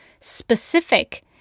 specific